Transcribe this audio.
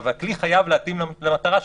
אבל כלי חייב להתאים למטרה שלו.